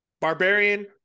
barbarian